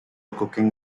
cooking